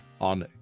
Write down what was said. on